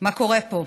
מה קורה פה.